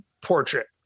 portrait